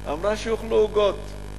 אמרה: שיאכלו עוגות.